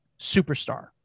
superstar